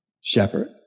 shepherd